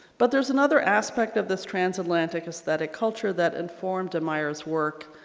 but there's another aspect of this transatlantic aesthetic culture that informed demeyers work.